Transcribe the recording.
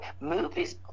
movies